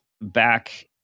Back